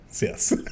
yes